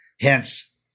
hence